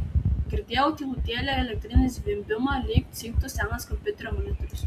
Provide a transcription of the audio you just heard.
girdėjau tylutėlį elektrinį zvimbimą lyg cyptų senas kompiuterio monitorius